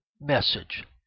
message